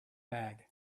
bag